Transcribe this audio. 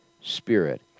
spirit